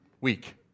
week